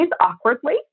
awkwardly